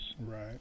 Right